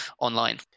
online